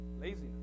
laziness